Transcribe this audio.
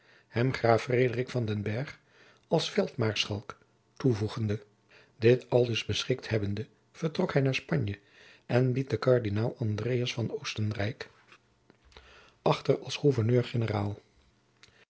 hem graaf frederik van den bergh als veldmaarschalk toevoegende dit aldus beschikt hebbende vertrok hij naar spanje en liet den kardinaal andreas van oostenrijk achter als